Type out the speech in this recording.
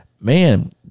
Man